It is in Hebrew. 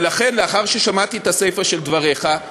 ולכן, לאחר ששמעתי את הסיפה של דבריך,